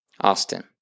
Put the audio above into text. Austin